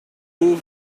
over